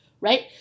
right